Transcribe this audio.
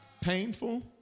Painful